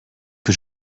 que